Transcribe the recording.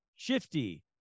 Shifty